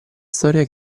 storia